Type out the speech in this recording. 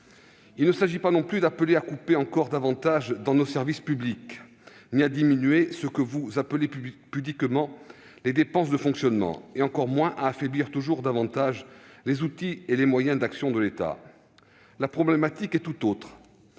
Il ne s'agit pas non plus d'appeler à couper encore davantage dans nos services publics, ni à diminuer ce que vous appelez pudiquement les « dépenses de fonctionnement », et encore moins à affaiblir toujours davantage les outils et les moyens d'action de l'État. La problématique est tout autre